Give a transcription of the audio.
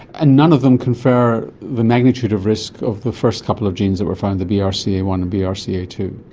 and none of them confer the magnitude of risk of the first couple of genes that were found, the b r c a one and b r c a two.